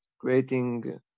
creating